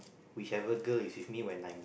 whichever girl is with me when I'm